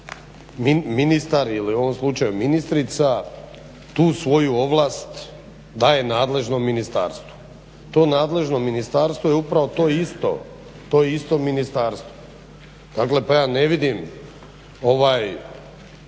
ministar ili u ovom slučaju ministrica tu svoju ovlast daje nadležnom ministarstvu. To nadležno ministarstvo je upravo to isto ministarstvo. Dakle, pa ja ne vidim na